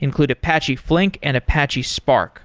include apache flink and apache spark.